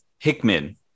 Hickman